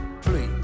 Please